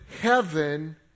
heaven